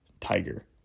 Tiger